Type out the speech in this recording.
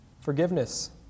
forgiveness